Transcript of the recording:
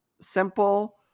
simple